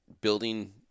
building